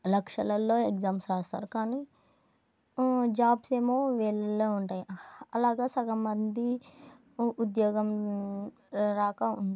లక్షలల్లో exams రాస్తారు కానీ jobs ఏమో వీళ్ళల్లో ఉంటాయి అలాగా సగం మంది ఉద్యోగం రాక ఉ